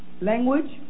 language